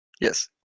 Yes